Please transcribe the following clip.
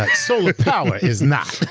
like solar power is not.